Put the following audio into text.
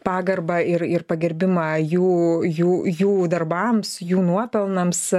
pagarbą ir ir pagerbimą jų jų jų darbams jų nuopelnams